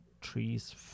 trees